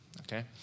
Okay